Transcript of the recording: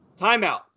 timeout